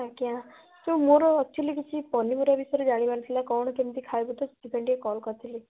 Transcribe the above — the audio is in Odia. ଆଜ୍ଞା ତ ମୋର ଆକ୍ଚ୍ୟୁଆଲି କିଛି ପନିପରିବା ବିଷୟରେ ଜାଣିବାର ଥିଲା କ'ଣ କେମିତି ଖାଇବୁ ତ ସେଥିପାଇଁ ଟିକିଏ କଲ୍ କରିଥିଲି